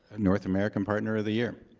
north american partner of the year.